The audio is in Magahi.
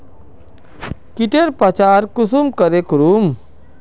कीटेर पहचान कुंसम करे करूम?